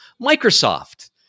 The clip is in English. Microsoft